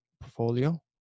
portfolio